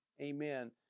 Amen